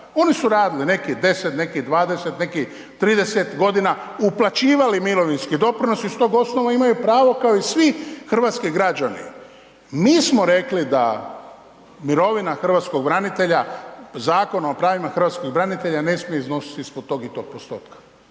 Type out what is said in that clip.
oni su radili, neki 10, neki 20, neki 30 godina, uplaćivali mirovinski doprinos i s tog osnova imaju pravo kao i svi hrvatski građani. Mi smo rekli da mirovina hrvatskog branitelja Zakonom o pravima hrvatskih branitelja ne smije iznositi ispod tog i tog postotka.